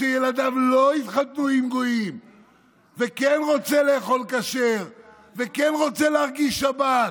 שילדיו לא יתחתנו עם גויים וכן רוצה לאכול כשר וכן רוצה להרגיש שבת.